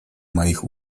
моих